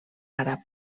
àrab